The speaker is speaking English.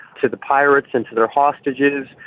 to the pirates and to their hostages,